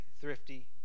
thrifty